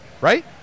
right